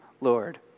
Lord